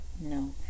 No